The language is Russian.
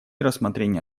рассмотрение